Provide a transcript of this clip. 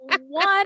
one